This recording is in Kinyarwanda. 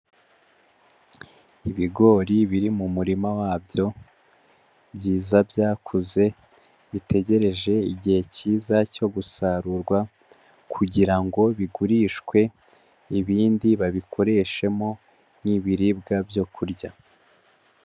Ibigori biri mu murima wabyo, byiza byakuze, bitegereje igihe cyiza cyo gusarurwa, kugira ngo bigurishwe, ibindi babikoreshemo nk'ibiribwa byo kurya.